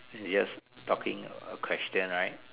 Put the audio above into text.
yes talking a question right